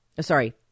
Sorry